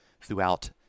throughout